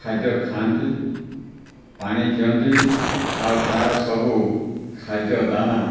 ଖାଦ୍ୟ ଖାଆନ୍ତି ପାଣି ପିଅନ୍ତି ଆଉ ତା'ର ସବୁ ଖାଦ୍ୟ ଦାନା